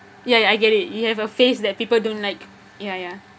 ya ya I get it you have a face that people don't like ya ya